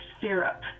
syrup